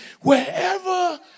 wherever